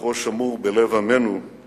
זכרו שמור בלב עמנו לעד